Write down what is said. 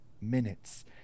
minutes